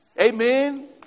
Amen